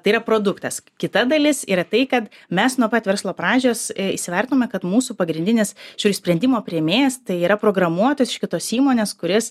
tai yra produktas kita dalis yra tai kad mes nuo pat verslo pradžios įsivertinome kad mūsų pagrindinis šio ir sprendimo priėmėjas tai yra programuotojas iš kitos įmonės kuris